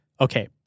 okay